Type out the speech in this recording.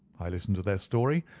i listen to their story,